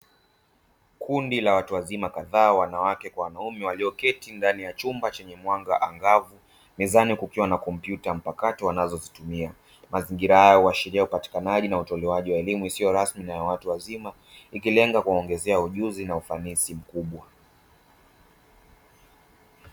Kundi la watu wazima kadhaa, wanawake kwa wanaume walioketi ndani ya chumba chenye mwanga angavu, mezani kukiwa na kompyuta mpakato wanazozitumia. Mazingira haya huashiria upatikanaji na utolewaji wa elimu isio rasmi na ya watu wazima ikirenga kuwaongezea ujuzi na ufanisi mkubwa.